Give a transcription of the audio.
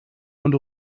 und